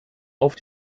auf